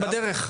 הם בדרך.